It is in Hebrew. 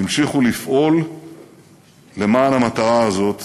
המשיכו לפעול למען המטרה הזאת